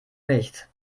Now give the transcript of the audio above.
nicht